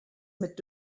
mit